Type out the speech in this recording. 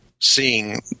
seeing